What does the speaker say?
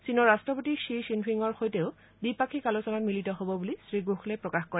চীনৰ ৰাট্টপতি খি খিনফিঙৰ সৈতেও দ্বিপাক্ষিক আলোচনাত মিলিত হব বুলি শ্ৰীগোখলে প্ৰকাশ কৰে